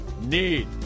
need